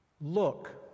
Look